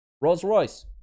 Rolls-Royce